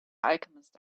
alchemist